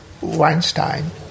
Weinstein